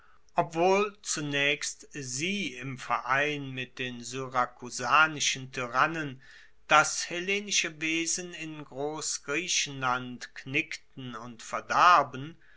obwohl zunaechst sie im verein mit syrakusanischen tyrannen das hellenische wesen in grossgriechenland knickten und verdarben